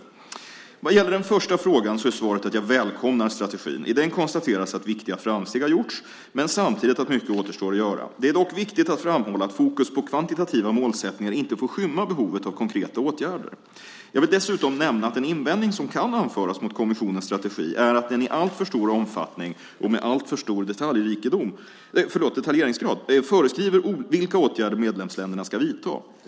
Vad gäller den första frågan så är svaret att jag välkomnar strategin. I den konstateras att viktiga framsteg har gjorts men samtidigt att mycket återstår att göra. Det är dock viktigt att framhålla att fokus på kvantitativa målsättningar inte får skymma behovet av konkreta åtgärder. Jag vill dessutom nämna att en invändning som kan anföras mot kommissionens strategi är att den i alltför stor omfattning, och med alltför stor detaljeringsgrad, föreskriver vilka åtgärder medlemsländerna ska vidta.